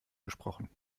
gesprochen